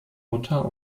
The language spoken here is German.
mutter